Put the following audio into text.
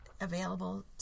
available